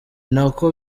nako